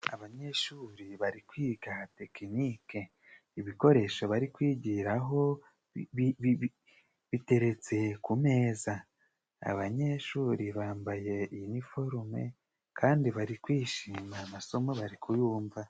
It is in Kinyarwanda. Abanyeshuri bari kwiga tekinike, ibikoresho bari kwigiraho biteretse ku meza, abanyeshuri bambaye iniforume kandi bari kwishima amasomo bari kuyumva.